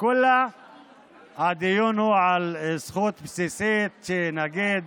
כל הדיון הוא על זכות בסיסית שנגיד